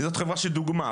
זאת חברה שהיא דוגמה,